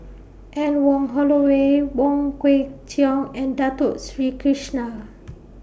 Anne Wong Holloway Wong Kwei Cheong and Dato Sri Krishna